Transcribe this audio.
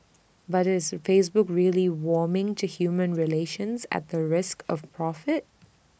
but is Facebook really warming to human relations at the risk of profit